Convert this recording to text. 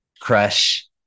crush